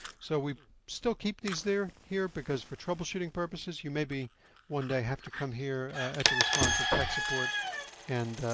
so, we still keep these there here, because for troubleshooting purposes, you maybe one day have to come here at the response of tech support and,